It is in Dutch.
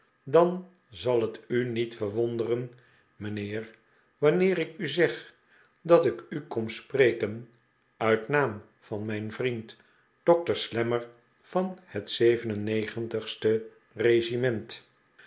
dan zal het u niet verwonderen mijnheer wanneer ik u zeg dat ik u kom spreken uit naam van mijn vriend dokter slammer van het zeven en